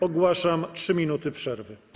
Ogłaszam 3 minuty przerwy.